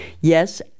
Yes